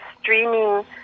streaming